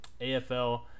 AFL